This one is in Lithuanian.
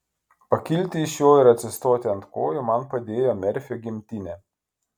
pakilti iš jo ir atsistoti ant kojų man padėjo merfio gimtinė